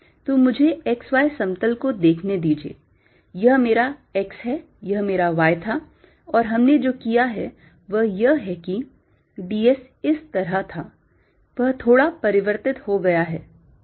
तो मुझे x y समतल को देखने दीजिये यह मेरा X है यह मेरा Y था और हमने जो किया है वह यह है किd s इस तरह था वह थोड़ा परिवर्तित हो गया है